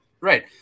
right